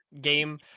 game